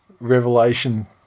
revelation